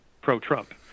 pro-Trump